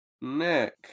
Nick